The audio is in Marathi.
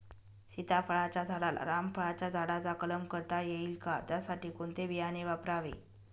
सीताफळाच्या झाडाला रामफळाच्या झाडाचा कलम करता येईल का, त्यासाठी कोणते बियाणे वापरावे?